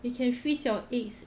you can freeze your eggs